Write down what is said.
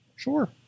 Sure